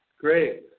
Great